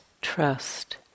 trust